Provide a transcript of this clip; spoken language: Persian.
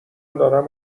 دارم